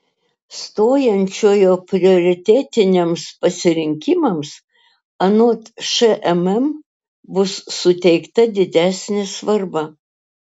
stojančiojo prioritetiniams pasirinkimams anot šmm bus suteikta didesnė svarba